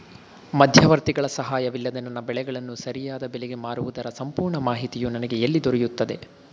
ಮಧ್ಯವರ್ತಿಗಳ ಸಹಾಯವಿಲ್ಲದೆ ನನ್ನ ಬೆಳೆಗಳನ್ನು ಸರಿಯಾದ ಬೆಲೆಗೆ ಮಾರುವುದರ ಸಂಪೂರ್ಣ ಮಾಹಿತಿಯು ನನಗೆ ಎಲ್ಲಿ ದೊರೆಯುತ್ತದೆ?